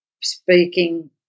speaking